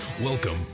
Welcome